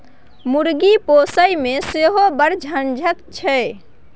मुर्गी पोसयमे सेहो बड़ झंझट छै